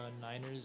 Niners